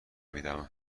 میدم